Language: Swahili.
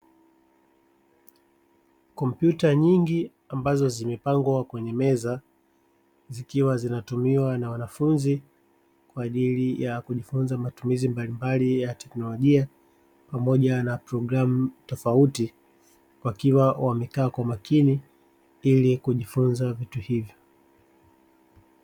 Kompyuta nyingi ambazo zimepangwa kwenye meza zikiwa zinatumiwa na wanafunzi kwa ajili ya kujifunza matumizi mbalimbali ya teknolojia pamoja na programu tofauti, wakiwa wamekaa kwa makini ili kujifunza vitu hivyo.